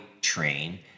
train